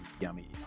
Yummy